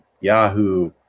Yahoo